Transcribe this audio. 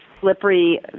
slippery